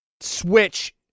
Switch